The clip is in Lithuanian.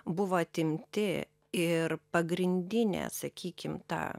buvo atimti ir pagrindinė sakykim ta